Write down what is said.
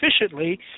efficiently